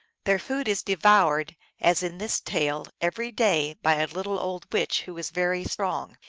their food is devoured, as in this tale, every day by a little old witch who is very strong.